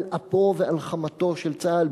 על אפו ועל חמתו של צה"ל,